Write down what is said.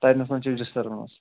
تَتہِ نَسَن چھِ اَسہِ ڈِسٹٔربَنس